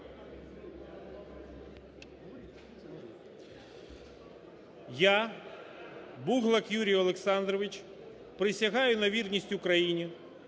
Я, Буглак Юрій Олександрович, присягаю на вірність Україні.